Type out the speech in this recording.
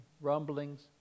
Rumblings